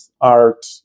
art